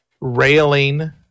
railing